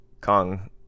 kong